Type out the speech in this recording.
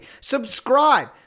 Subscribe